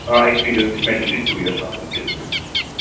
آ ایٚکٕسپیٖرینَس گَژھِ mandatory two years آسٕنۍ سیلز مینس